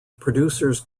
producers